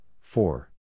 four